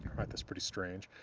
right that's pretty strange.